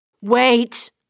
Wait